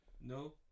No